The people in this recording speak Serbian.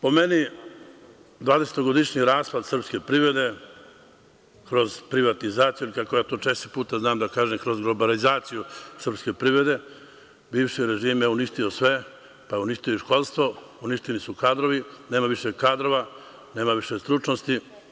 Po meni, dvadesetogodišnji raspad srpske privrede kroz privatizaciju, ili kako ja to češće puta znam da kažem, kroz globalizaciju srpske privrede, bivši režim je uništio sve, uništio je i školstvo, uništili su kadrove, nema više kadrova, nema više stručnosti.